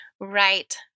right